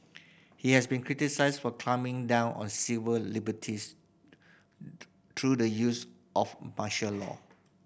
he has been criticised for clamping down on civil liberties through the use of martial law